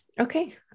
Okay